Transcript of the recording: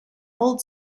old